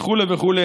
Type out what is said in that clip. וכו' וכו',